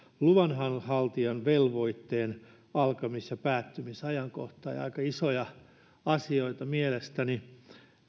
luvanhaltijan velvoitteen alkamis ja päättymisajankohtaa aika isoja asioita mielestäni